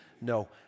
No